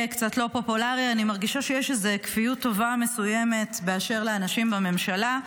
מרגישה שיש כפיות טובה מסוימת באשר לאנשים בממשלה.